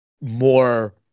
more